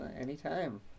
anytime